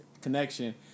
connection